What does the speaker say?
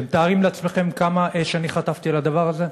אתם מתארים לעצמכם כמה אש אני חטפתי על הדבר הזה?